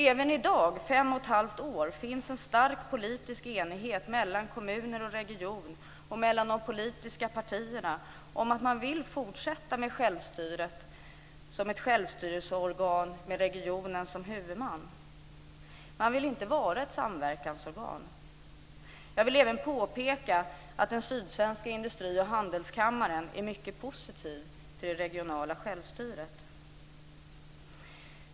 Även i dag, efter fem och ett halvt år, finns en stark politisk enighet mellan kommuner och region och mellan de politiska partierna om att man vill fortsätta med självstyret som ett självstyrelseorgan med regionen som huvudman. Man vill inte vara ett samverkansorgan. Jag vill även påpeka att den sydsvenska industri och handelskammaren är mycket positiv till det regionala självstyret.